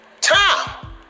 Tom